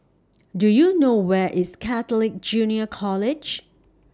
Do YOU know Where IS Catholic Junior College